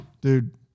dude